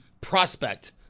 prospect